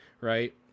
right